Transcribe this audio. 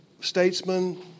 statesman